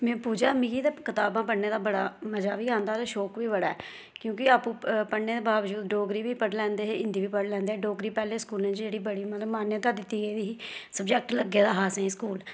में पूजा ते मिगी कताबां पढ़ने दा बड़ा मजा बी आंदा ते शोक बी बड़ा ऐ क्योंकि आपूं पढ़ने दे बाबजूद डोगरी बी पढ़ी लैंदे हे हिंदी बी पढ़ी लेंदे हे डोगरी पैहलें स्कूलें च जेहड़ी बड़ी मतलब मान्यता दित्ती गेदी ही सब्जैक्ट लग्गे दा असें गी स्कूल